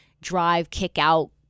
drive-kick-out